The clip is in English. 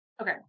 okay